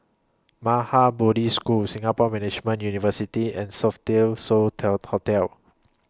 Maha Bodhi School Singapore Management University and Sofitel So Tell Hotel